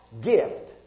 gift